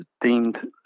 deemed